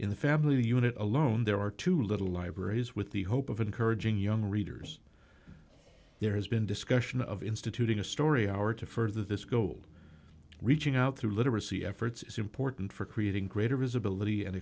in the family unit alone there are two little libraries with the hope of encouraging young readers there has been discussion of instituting a story hour to further this gold reaching out through literacy efforts is important for creating greater visibility and